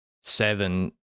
seven